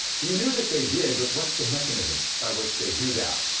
he knew that they did, but what's the mechanism by which they do that?